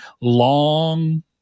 long